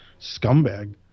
scumbag